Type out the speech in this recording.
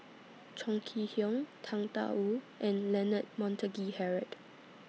Chong Kee Hiong Tang DA Wu and Leonard Montague Harrod